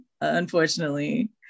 unfortunately